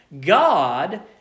God